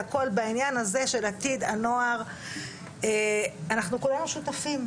בעניין הזה של עתיד הנוער אנחנו כולנו שותפים.